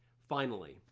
finally,